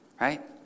right